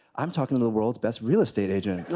i'm talking to the world's best real estate agent